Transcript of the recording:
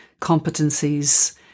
competencies